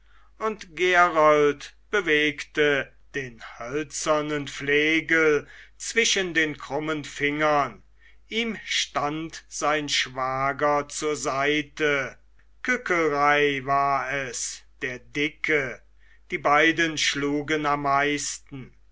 und gerold bewegte den hölzernen flegel zwischen den krummen fingern ihm stand sein schwager zur seite kückelrei war es der dicke die beiden schlugen am meisten